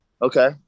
Okay